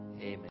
Amen